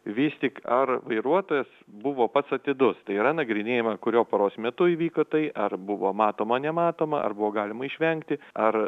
vis tik ar vairuotojas buvo pats atidus tai yra nagrinėjama kuriuo paros metu įvyko tai ar buvo matoma nematoma ar buvo galima išvengti ar